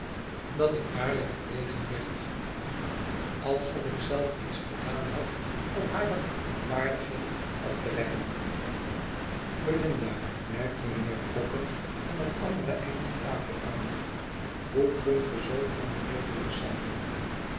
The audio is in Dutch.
dat ik waarlijk verlegen werd alsof ik zelf iets gedaan had om hare verontwaardiging op te wekken belinda merkte mijnheer pocket van het andere eind der tafel aan hoe kunt ge zoo onredelijk zijn